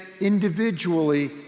individually